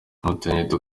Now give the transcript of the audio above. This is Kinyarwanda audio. umutingito